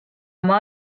oma